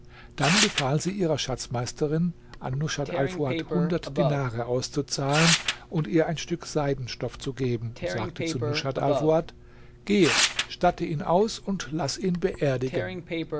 dann befahl sie ihrer schatzmeisterin an rushat alfuad hundert dinare auszuzahlen und ihr ein stück seidenstoff zu geben und sagte zu rushat alfuad geh statte ihn aus und laß ihn beerdigen